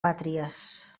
pàtries